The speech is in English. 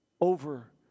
over